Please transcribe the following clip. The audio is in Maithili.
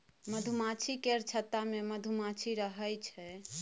मधुमाछी केर छत्ता मे मधुमाछी रहइ छै